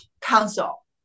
council